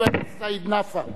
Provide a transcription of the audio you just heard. חבר הכנסת סעיד נפאע,